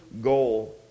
goal